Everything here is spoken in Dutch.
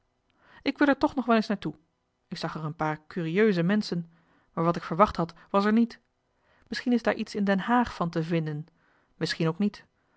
ik wil er toch nog wel eens naar toe ik zag er een paar curieuze menschen maar wat ik verwacht had was er niet misschien is daar iets in den haag van te vinden misschien ook niet